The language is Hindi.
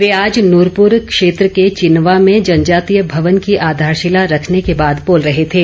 वे आज नूरपुर क्षेत्र के चिनवा में जनजातीय भवन की आधारशिला रखने के बाद बोल रहे थे